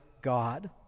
God